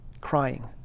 crying